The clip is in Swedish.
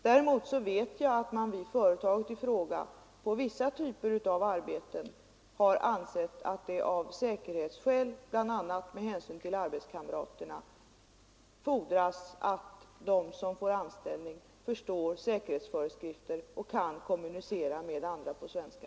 Däremot vet jag att man vid företaget har ansett att det på vissa typer av arbeten av säkerhetsskäl, bl.a. med hänsyn till arbetskamraterna, fordras att de som får anställning förstår säkerhetsföreskrifter och kan kommunicera med andra på svenska.